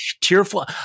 tearful